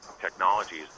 technologies